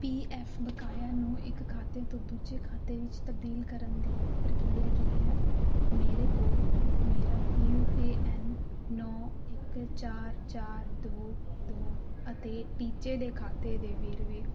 ਪੀ F ਬਕਾਇਆ ਨੂੰ ਇੱਕ ਖਾਤੇ ਤੋਂ ਦੂਜੇ ਖਾਤੇ ਵਿੱਚ ਤਬਦੀਲ ਕਰਨ ਦੀ ਪ੍ਰਕਿਰਿਆ ਕੀ ਹੈ ਮੇਰੇ ਕੋਲ ਮੇਰਾ ਯੂ ਏ ਐਨ ਨੌਂ ਇੱਕ ਚਾਰ ਚਾਰ ਦੋ ਦੋ ਅਤੇ ਪੀਚੇ ਦੇ ਖਾਤੇ ਦੇ ਵੇਰਵੇ